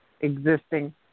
Existing